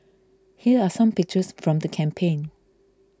here are some pictures from the campaign